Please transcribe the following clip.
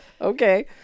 Okay